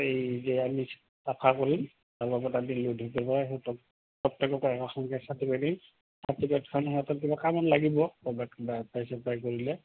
এই যে আমি চাফা কৰিম তাৰ লগত আমি পৰা সিহঁতক প্ৰত্যেককে এখনকে চাৰ্টিফিকেট চাৰ্টফিকেটখন সিহঁতৰ কিবা কামত লাগিব ক'ৰবাত কিবা এপ্লাই চেপ্লাই কৰিলে